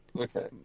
Okay